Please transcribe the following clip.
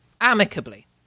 amicably